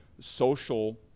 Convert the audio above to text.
social